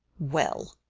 well,